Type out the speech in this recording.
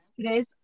Today's